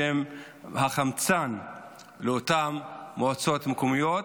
שהם החמצן לאותן מועצות מקומיות,